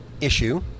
issue